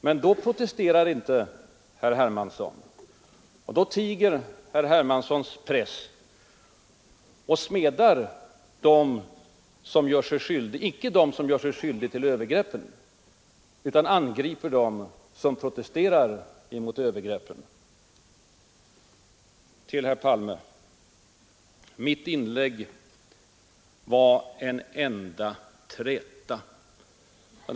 Men då protesterar inte herr Hermansson och då tiger herr Hermanssons press och smädar icke dem som gör sig skyldiga till övergreppen utan angriper dem som protesterar mot det som sker. Sedan vänder jag mig åter till herr Palme. Mitt inlägg var ”en enda träta”, säger han.